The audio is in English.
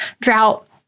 drought